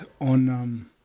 on